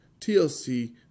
TLC